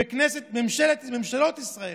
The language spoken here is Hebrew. ממשלות ישראל,